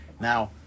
now